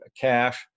cash